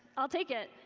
i'll take it.